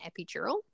epidural